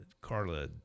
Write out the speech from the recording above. Carla